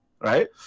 right